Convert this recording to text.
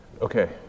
Okay